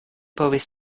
povis